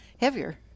heavier